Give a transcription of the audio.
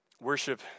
Worship